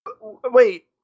Wait